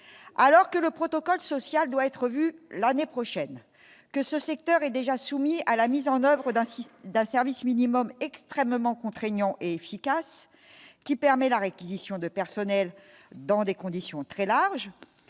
alors que le protocole social doit être vu l'année prochaine que ce secteur est déjà soumis à la mise en oeuvre d'un site d'un service minimum extrêmement contraignants et efficace qui permet la réquisition de personnel dans des conditions très large,